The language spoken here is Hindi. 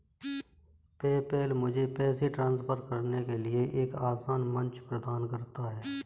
पेपैल मुझे पैसे ट्रांसफर करने के लिए एक आसान मंच प्रदान करता है